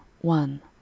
one